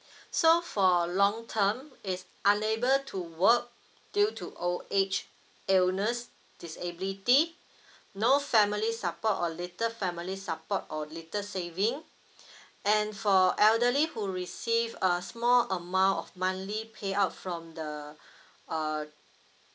so for long term is unable to work due to old age illness disability no family support or little family support or little savings and for elderly who received a small amount of monthly payout from the uh